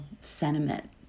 sentiment